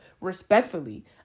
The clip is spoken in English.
respectfully